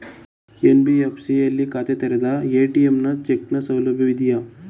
NBFC ಯಲ್ಲಿ ಖಾತೆ ತೆರೆದರೆ ಎ.ಟಿ.ಎಂ ಮತ್ತು ಚೆಕ್ ನ ಸೌಲಭ್ಯ ಇದೆಯಾ?